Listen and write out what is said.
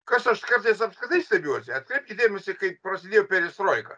kas aš kartais apskritai stebiuosi atkreipkit dėmesį kaip prasidėjo perestroika